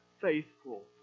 faithful